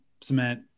cement